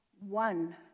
One